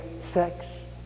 sex